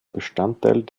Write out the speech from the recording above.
bestandteil